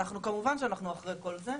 כמובן שאנחנו אחרי כל זה,